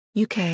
UK